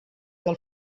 del